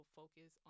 focus